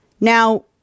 Now